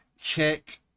check